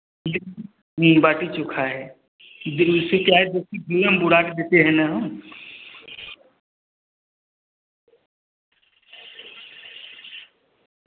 बाटी चोखा है क्या है जैसे घी में बूरा कर देते हैं ना हम